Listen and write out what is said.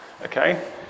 Okay